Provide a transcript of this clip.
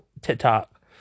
TikTok